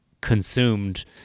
consumed